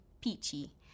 peachy